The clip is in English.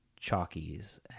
chalkies